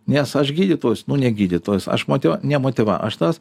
nes aš gydytojas nu ne gydytojas aš motyva ne motyva aš tas